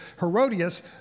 Herodias